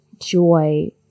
joy